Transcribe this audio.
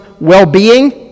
well-being